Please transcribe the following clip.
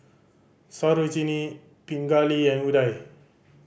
Sarojini Pingali and Udai